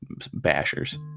bashers